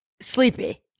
Sleepy